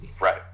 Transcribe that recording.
Right